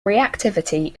reactivity